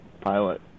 pilot